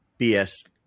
BS